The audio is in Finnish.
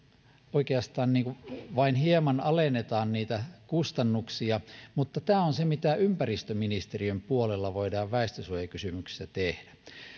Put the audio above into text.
oikeastaan vain hieman alennetaan niitä kustannuksia mutta tämä on se mitä ympäristöministeriön puolella voidaan väestönsuojakysymyksissä tehdä